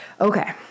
okay